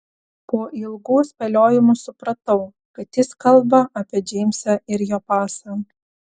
po ilgų spėliojimų supratau kad jis kalba apie džeimsą ir jo pasą